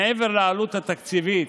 מעבר לעלות התקציבית,